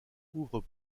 ouvrent